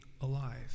alive